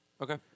Okay